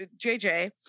JJ